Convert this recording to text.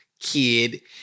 Kid